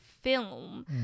film